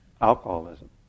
alcoholism